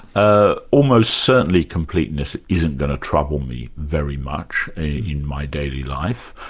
ah almost certainly completeness isn't going to trouble me very much in my daily life.